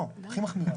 לא, הכי מחמירה.